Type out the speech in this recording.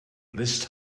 this